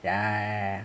ya